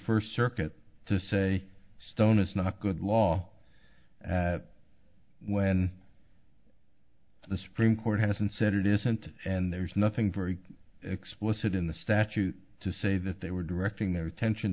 first circuit to say a stone is not good law when the supreme court has considered innocent and there's nothing very explicit in the statute to say that they were directing their attention